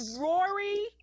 Rory